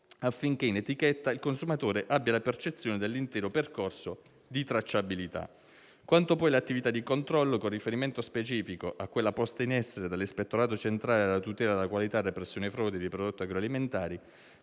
affinché in etichetta il consumatore abbia la percezione dell'intero percorso di tracciabilità. Quanto poi alle attività di controllo, con riferimento specifico a quella posta in essere dall'Ispettorato centrale della tutela della qualità e repressione frodi dei prodotti agroalimentari